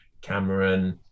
Cameron